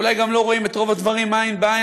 ואולי גם לא רואים את רוב הדברים עין בעין,